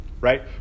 right